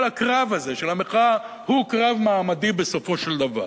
כל הקרב הזה של המחאה הוא קרב מעמדי בסופו של דבר.